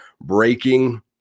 breaking